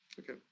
okay,